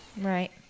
right